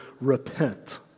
repent